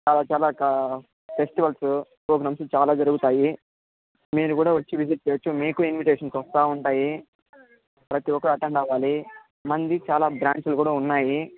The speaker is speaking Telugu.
చాలా చాలా ఫెస్టివల్స్ ప్రోగ్రామ్స్ చాలా జరుగుతాయి మీరు కూడా వచ్చి విజిట్ చేయొచ్చు మీకు ఇన్విటేషన్స్ వస్తూ ఉంటాయి ప్రతి ఒక్కరూ అటెండ్ అవ్వాలి మనది చాలా బ్రాంచీలు కూడా ఉన్నాయి